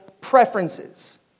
preferences